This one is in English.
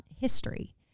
history